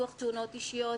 ביטוח תאונות אישיות,